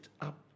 up